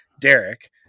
Derek